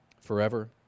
forever